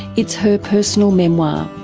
it's her personal memoir.